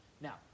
Now